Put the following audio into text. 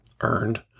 earned